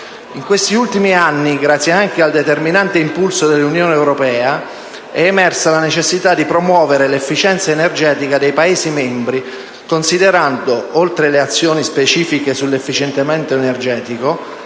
Negli ultimi anni, anche grazie al determinante impulso dell'Unione europea, è emersa la necessità di promuovere l'efficienza energetica dei Paesi membri considerando, oltre alle azioni specifiche sull'efficientamento energetico,